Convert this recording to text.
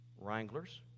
wranglers